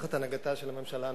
תחת הנהגתה של הממשלה הנוכחית,